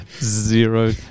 Zero